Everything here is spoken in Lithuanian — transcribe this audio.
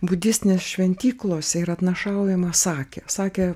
budistinės šventyklose ir atnašaujama sakė sakė